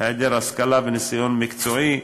השכלה וניסיון מקצועי,